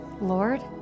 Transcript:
Lord